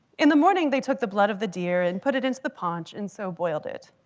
in the morning, they took the blood of the deer and put it into the paunch and so boiled it.